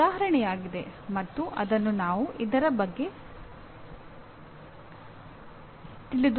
ಇದು ಉದಾಹರಣೆಯಾಗಿದೆ ಮತ್ತು ಅದನ್ನು ನಾವು ಇದರ ಬಗ್ಗೆ ತಿಳಿದುಕೊಳ್ಳೋಣ